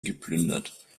geplündert